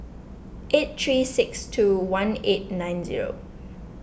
eight three six two one eight nine zero